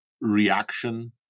reaction